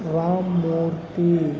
Ramamurthy